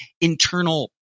internal